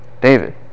David